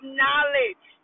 knowledge